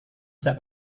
sejak